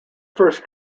first